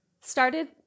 started